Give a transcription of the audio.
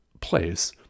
place